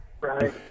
Right